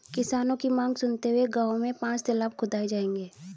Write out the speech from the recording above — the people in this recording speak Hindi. किसानों की मांग सुनते हुए गांव में पांच तलाब खुदाऐ जाएंगे